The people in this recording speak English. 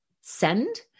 send